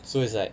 so it's like